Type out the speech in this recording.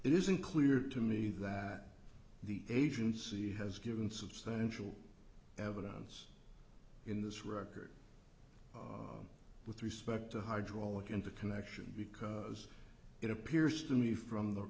it is unclear to me that the agency has given substantial evidence in this record with respect to hydraulic and the connection because it appears to me from the